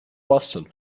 boston